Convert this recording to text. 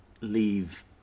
leave